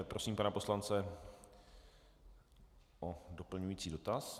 Prosím pana poslance o doplňující dotaz.